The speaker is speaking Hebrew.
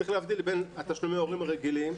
צריך להבדיל בין תשלומי ההורים הרגילים,